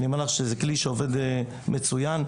וזה כלי שעובד מצוין.